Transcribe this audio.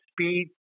speed